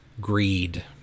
greed